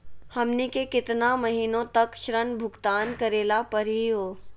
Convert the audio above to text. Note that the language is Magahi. हमनी के केतना महीनों तक ऋण भुगतान करेला परही हो?